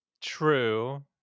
True